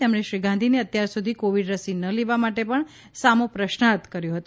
તેમણે શ્રી ગાંધીને અત્યાર સુધી કોવિડ રસી ન લેવા માટે પણ સામો પ્રશ્નાર્થ કર્યો હતો